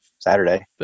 Saturday